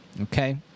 Okay